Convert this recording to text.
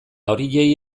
horiei